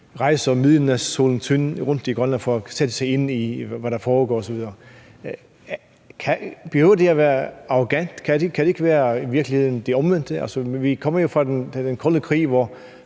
rejser midnatssolen sort rundt i Grønland for at sætte sig ind i, hvad der foregår osv. Behøver det at være arrogant? Kan det i virkeligheden ikke være det omvendte? Altså, vi kommer jo fra den kolde krig, hvor